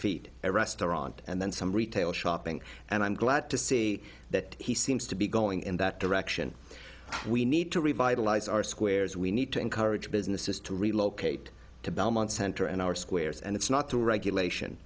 feet a restaurant and then some retail shopping and i'm glad to see that he seems to be going in that direction we need to revitalize our squares we need to encourage businesses to relocate to belmont center and our squares and it's not through regulation